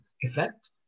effect